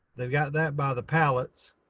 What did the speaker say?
they've got that by the pallets.